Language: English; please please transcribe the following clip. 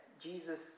Jesus